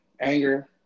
Anger